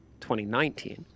2019